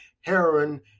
heroin